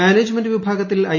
management വിഭാഗത്തിൽ I